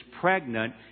pregnant